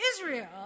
Israel